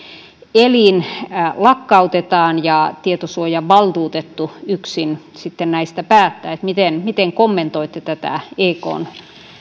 elin lakkautetaan ja tietosuojavaltuutettu yksin näistä päättää miten miten kommentoitte tätä ekn